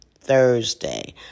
Thursday